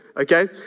Okay